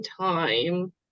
time